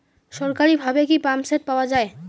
সরকারিভাবে কি পাম্পসেট পাওয়া যায়?